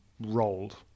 rolled